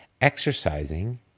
Exercising